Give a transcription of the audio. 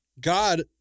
God